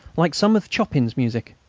like some of chopin's music.